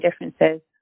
differences